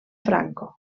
franco